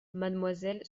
mademoiselle